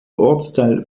ortsteil